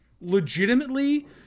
legitimately